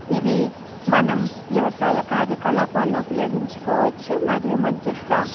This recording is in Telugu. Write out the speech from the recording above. ఇవి మనం వ్యవసాయ కార్యకలాపాలలో ఉపయోగించుకోవచ్చు మరియు మధ్యస్థ